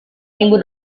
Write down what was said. minggu